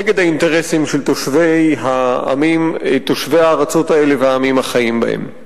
נגד האינטרסים של תושבי הארצות האלה והעמים החיים בהן.